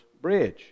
Bridge